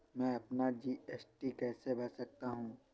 मैं अपना जी.एस.टी कैसे भर सकता हूँ?